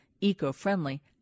eco-friendly